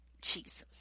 jesus